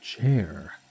chair